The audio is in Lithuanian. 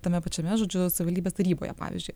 tame pačiame žodžiu savivaldybės taryboje pavyzdžiui